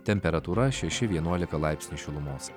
temperatūra šeši vienuolika laipsnių šilumos